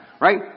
right